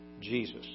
Jesus